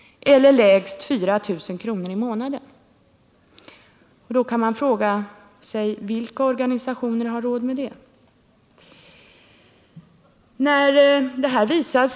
eller lägst 4 000 kr. i månaden. Vilka organisationer har råd med detta?